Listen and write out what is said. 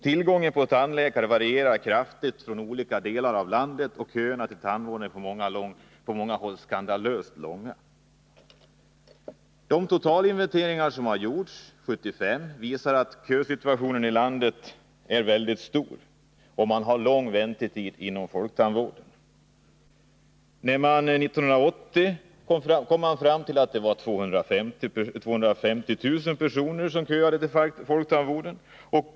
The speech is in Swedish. Tillgången på tandläkare varierar kraftigt i olika delar av landet, och köerna till tandvården är på många håll skandalöst långa. En totalinventering som gjordes 1975 visade att kösituationen var mycket besvärlig och att väntetiderna inom folktandvården var mycket långa. 1980 kom man fram till att 150 000 personer köade till folktandvården.